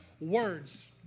words